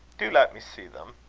do let me see them.